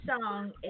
song